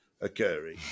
occurring